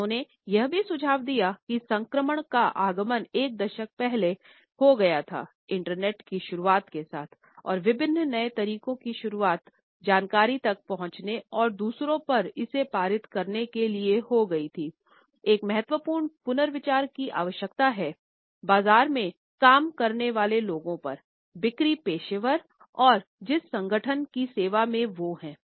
उन्होंने यह भी सुझाव दिया कि संक्रमण का आगमन एक दशक पहले हो गया था इंटरनेट की शुरूआत के साथ और विभिन्न नए तरीकों की शुरूआत जानकारी तक पहुँचने और दूसरों पर इसे पारित करने के लिए हो गई थी एक महत्वपूर्ण पुनर्विचार की आवश्यकता हैं बाजार में काम करने वाले लोगों पर बिक्री पेशेवर और जिस संगठनों की सेवा में वो हैं